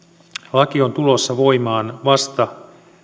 laki on tulossa voimaan vasta